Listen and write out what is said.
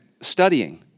studying